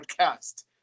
podcast